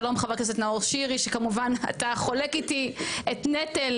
שלום חבר הכנסת נאור שירי שכמובן אתה חולק איתי את נטל